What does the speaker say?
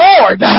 Lord